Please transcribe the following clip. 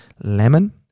lemon